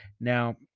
now